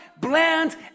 bland